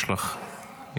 יש לך אפשרות